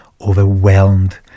overwhelmed